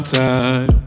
time